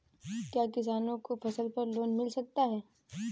क्या किसानों को फसल पर लोन मिल सकता है?